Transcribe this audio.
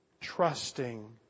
trusting